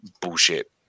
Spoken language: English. bullshit